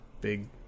Big